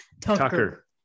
Tucker